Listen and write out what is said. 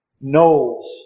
Knowles